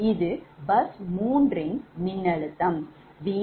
இது bus 3 ன் மின்னழுத்தம் 𝑉31∠𝛿3